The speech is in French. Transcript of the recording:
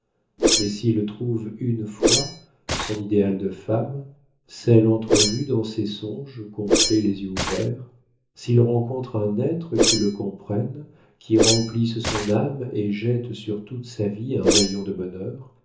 mais s'il trouve une fois son idéal de femme celle entrevue dans ces songes qu'on fait les yeux ouverts s'il rencontre un être qui le comprenne qui remplisse son âme et jette sur toute sa vie un rayon de bonheur